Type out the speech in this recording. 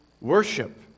worship